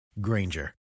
Granger